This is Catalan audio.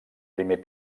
primer